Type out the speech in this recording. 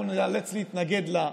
אנחנו ניאלץ להתנגד לה,